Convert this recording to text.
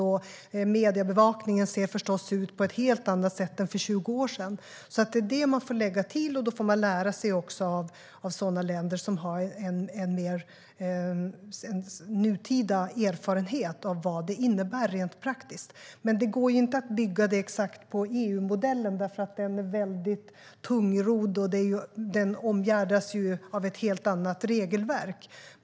Och mediebevakningen ser förstås helt annorlunda ut än för 20 år sedan. Det får man lägga till och lära av länder som har nutida erfarenhet av vad det innebär rent praktiskt. Det går inte att bygga exakt på EU-modellen. Den är väldigt tungrodd och omgärdas av ett helt annat regelverk.